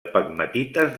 pegmatites